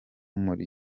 muri